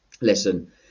listen